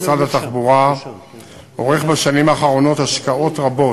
משרד התחבורה עושה בשנים האחרונות השקעות רבות,